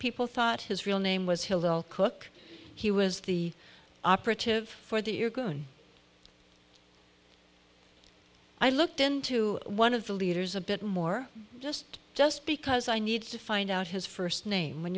people thought his real name was hill cook he was the operative for the year going i looked into one of the leaders a bit more just just because i need to find out his first name when